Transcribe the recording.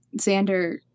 xander